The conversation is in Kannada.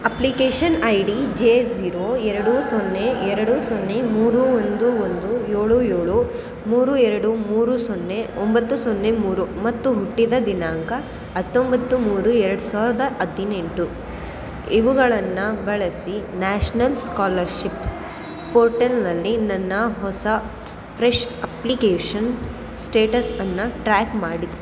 application I D J zero ಎರಡು ಸೊನ್ನೆ ಎರಡು ಸೊನ್ನೆ ಮೂರು ಒಂದು ಒಂದು ಏಳು ಏಳು ಮೂರು ಎರಡು ಮೂರು ಸೊನ್ನೆ ಒಂಬತ್ತು ಸೊನ್ನೆ ಮೂರು ಮತ್ತು ಹುಟ್ಟಿದ ದಿನಾಂಕ ಹತ್ತೊಂಬತ್ತು ಮೂರು ಎರಡು ಸಾವಿರದ ಹದಿನೆಂಟು ಇವುಗಳನ್ನು ಬಳಸಿ ನ್ಯಾಷ್ನಲ್ ಸ್ಕಾಲರ್ಶಿಪ್ ಪೋರ್ಟಲ್ನಲ್ಲಿ ನನ್ನ ಹೊಸ ಫ್ರೆಶ್ ಅಪ್ಲಿಕೇಶನ್ ಸ್ಟೇಟಸನ್ನು ಟ್ರ್ಯಾಕ್ ಮಾಡಿ